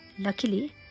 Luckily